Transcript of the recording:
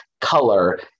color